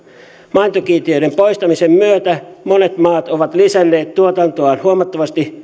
maitokiintiöiden poistamisen myötä monet maat ovat lisänneet tuotantoaan huomattavasti